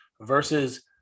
versus